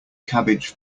cabbage